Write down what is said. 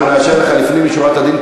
שיעלה, אנחנו נאשר לך לפנים משורת הדין.